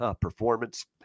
performance